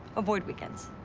avoid weekends.